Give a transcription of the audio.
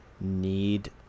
need